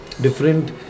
different